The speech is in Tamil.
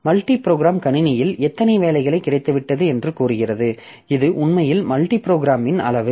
மல்டி ப்ரோக்ராம் கணினியில் எத்தனை வேலைகள் கிடைத்துவிட்டது என்று கூறுகிறது இது உண்மையில் மல்டி புரோகிராமிங்கின் அளவு